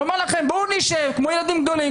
אומר לכם: בואו נשב כמו ילדים גדולים,